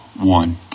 one